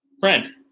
friend